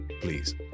Please